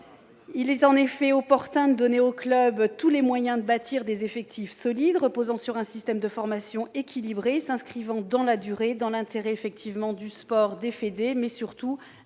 Il est en effet opportun de donner aux clubs tous les moyens de bâtir des effectifs solides, reposant sur un système de formation équilibré et s'inscrivant dans la durée et dans l'intérêt non seulement du sport et des fédérations, mais, surtout,